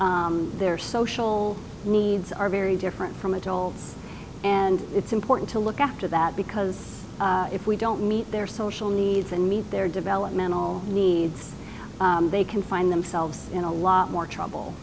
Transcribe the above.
and their social needs are very different from adults and it's important to look after that because if we don't meet their social needs and meet their developmental needs they can find themselves in a lot more trouble